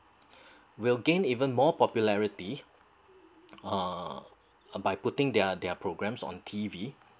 will gain even more popularity uh uh by putting their their programme on T_V